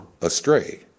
astray